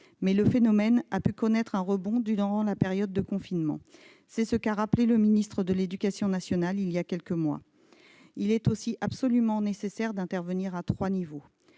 Mais le phénomène a pu connaître un rebond durant la période de confinement, comme l'a rappelé le ministre de l'éducation nationale, de la jeunesse et des sports voilà quelques mois. Il est aussi absolument nécessaire d'intervenir à trois niveaux.